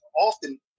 often